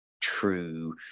true